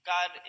God